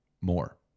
more